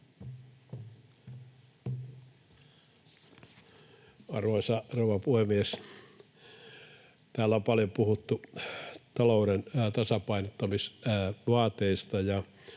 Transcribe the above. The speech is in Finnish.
rouva puhemies! Täällä on paljon puhuttu talouden tasapainottamisvaateista,